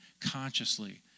consciously